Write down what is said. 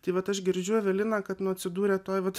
tai vat aš girdžiu evelina kad nu atsidūrė tuoj vat